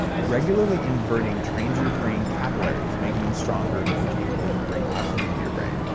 regularly inverting trains your brain capillaries, making them stronger and more capable to bring oxygen to your brain.